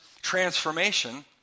transformation